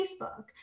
Facebook